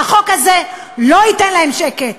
והחוק הזה לא ייתן להם שקט,